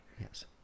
Yes